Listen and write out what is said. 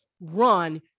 run